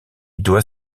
doit